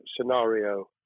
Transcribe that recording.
scenario